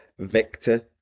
Victor